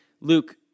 Luke